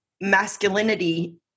masculinity